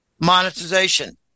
monetization